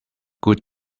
good